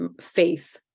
faith